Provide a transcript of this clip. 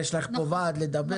פה יש לך ועד לדבר,